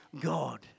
God